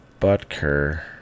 Butker